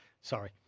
Sorry